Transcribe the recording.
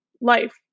life